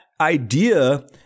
idea